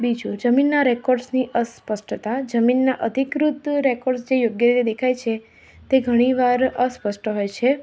બીજું જમીનનાં રેકોર્ડસની અસ્પષ્ટતા જમીનનાં અધિકૃત રેકોર્ડથી દેખાય છે તે ઘણી વાર અસ્પષ્ટ હોય છે